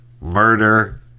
Murder